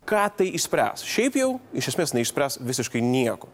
ką tai išspręs šiaip jau iš esmės neišspręs visiškai nieko